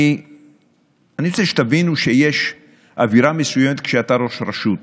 אני רוצה שתבינו שיש אווירה מסוימת כשאתה ראש רשות